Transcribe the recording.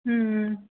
ம் ம்